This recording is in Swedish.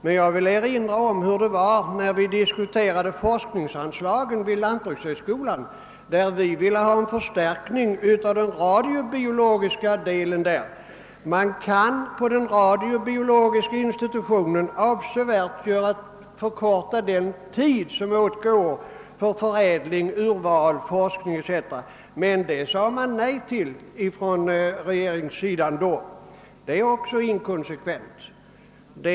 Men jag vill erinra om att när vi diskuterade forskningsanslagen till lantbrukshögskolan och ville ha en förstärkning av den radiobiologiska delen — man kan på den radiobiologiska institutionen avsevärt förkorta den tid som åtgår för förädling, urval, forskning etc. — sade regeringen nej till detta. Det är också inkonsekvent.